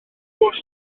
bws